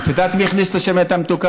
את יודעת מי הכניס את השמנת המתוקה?